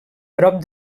prop